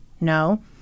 No